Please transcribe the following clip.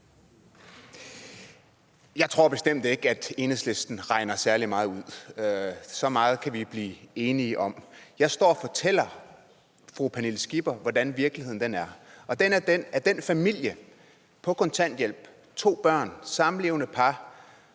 Jeg tror bestemt ikke, at Enhedslisten regner særlig meget ud. Så meget kan vi blive enige om. Jeg står og fortæller fru Pernille Skipper, hvordan virkeligheden er, og den er, at den familie på kontanthjælp – to børn og et samlevende par